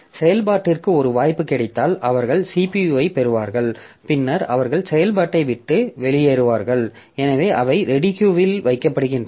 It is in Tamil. செயல்பாட்டிற்கு ஒரு வாய்ப்பு கிடைத்தால் அவர்கள் CPU ஐப் பெறுவார்கள் பின்னர் அவர்கள் செயல்பாட்டை விட்டு வெளியேறுவார்கள் எனவே அவை ரெடி கியூ இல் வைக்கப்படுகின்றன